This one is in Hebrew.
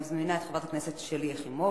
אני מזמינה את חברת הכנסת שלי יחימוביץ